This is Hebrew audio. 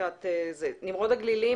נמרוד הגלילי,